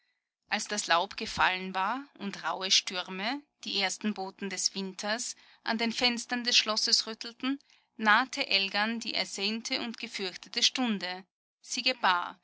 als das laub gefallen war und rauhe stürme die ersten boten des winters an den fenstern des schlosses rüttelten nahte elgan die ersehnte und gefürchtete stunde sie gebar